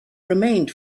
remained